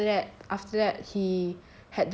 then after that after that he